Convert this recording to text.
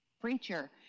preacher